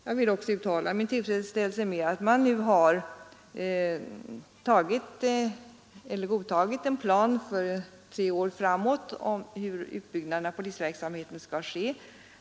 Jag vill också uttala min tillfredsställelse med att man nu har godtagit denna plan för tre år framåt för hur utbyggnaden av polisverksamheten skall ske.